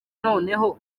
noneho